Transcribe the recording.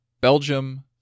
Belgium